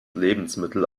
lebensmittel